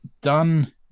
done